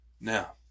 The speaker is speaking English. Now